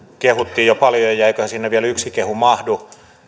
kehuttiin jo paljon ja eiköhän vielä yksi kehu mahdu